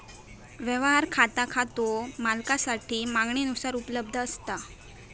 व्यवहार खाता खातो मालकासाठी मागणीनुसार उपलब्ध असता